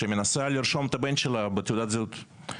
שמנסה לרשום את הבן שלה בתעודת זהות,